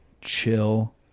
chill